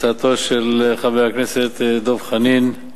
הצעתו של חבר הכנסת דב חנין.